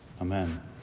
Amen